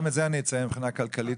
מבחינה כלכלית,